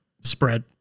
spread